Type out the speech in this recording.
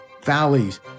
valleys